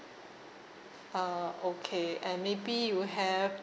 ah okay and maybe you have